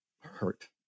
hurt